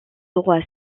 droit